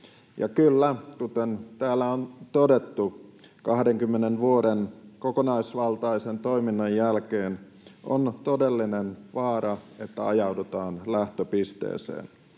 kyllä, kuten täällä on todettu, 20 vuoden kokonaisvaltaisen toiminnan jälkeen on todellinen vaara, että ajaudutaan lähtöpisteeseen.